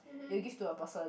you give to a person